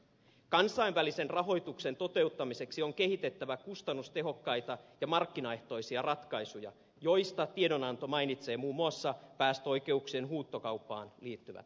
kansainvälisen rahoituksen toteuttamiseksi on kehitettävä kustannustehokkaita ja markkinaehtoisia ratkaisuja joista tiedonanto mainitsee muun muassa päästöoikeuksien huutokauppaan liittyvät maksut